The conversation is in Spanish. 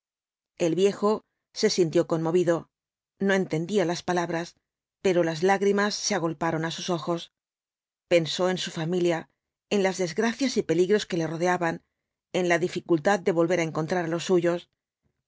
el viejo se sintió conmovido no entendía las palabras pero las lágrimas se agolparon á sus ojos pensó en su familia en las desgracias y peligros que le rodeaban en la dificultad de volver á encontrar á los suyos